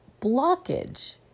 blockage